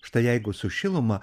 štai jeigu su šiluma